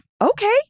okay